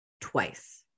Twice